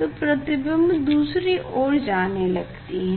ये प्रतिबिंब दूसरी ओर जाने लगते हैं